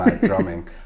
drumming